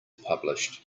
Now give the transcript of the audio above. published